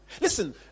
Listen